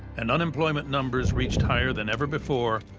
and unemployment numbers reached higher than ever before.